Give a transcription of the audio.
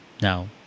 Now